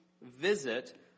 visit